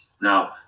Now